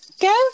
go